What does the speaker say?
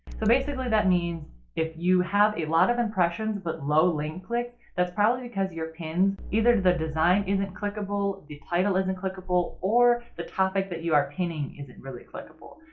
so basically that means if you have a lot of impressions but low link clicks that's probably because your pins, either the design isn't clickable, the title isn't clickable, or the topic that you are pinning isn't really clickable.